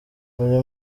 buri